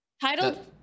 Title